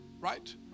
right